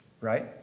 right